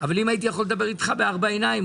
אבל אם הייתי יכול לדבר איתך בארבע עיניים,